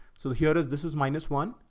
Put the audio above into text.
so here is, this is minus one.